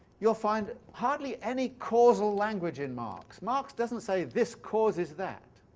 you'll find hardly any causal language in marx. marx doesn't say, this causes that